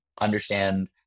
understand